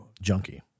junkie